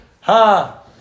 Ha